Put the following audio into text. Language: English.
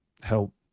help